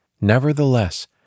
Nevertheless